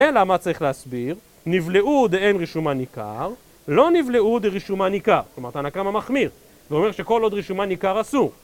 אלא מה צריך להסביר, נבלעו דה אין רשומה ניכר, לא נבלעו דה רשומה ניכר זאת אומרת תנא קמא המחמיר, הוא אומר שכל עוד רשומה ניכר אסור